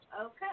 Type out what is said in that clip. Okay